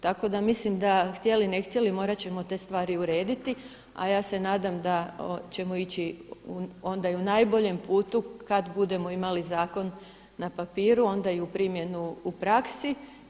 Tako da mislim da htjeli ne htjeli morat ćemo te stvari urediti, a ja se nadam da ćemo ići ona i u najboljem putu kada budemo imali zakon na papiru onda i primjenu u praksi.